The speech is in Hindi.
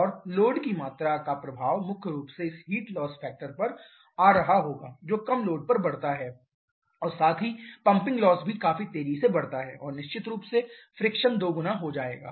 और लोड की मात्रा का प्रभाव मुख्य रूप से इस हीट लॉस फैक्टर पर आ रहा होगा जो कम लोड पर बढ़ता है और साथ ही पंपिंग लॉस भी काफी तेजी से बढ़ता है और निश्चित रूप से घर्षण दोगुना हो जाएगा